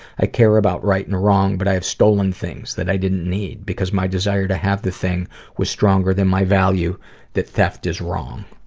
i care about right or and wrong, but i have stolen things that i didn't need because my desire to have the thing was stronger than my value that theft is wrong.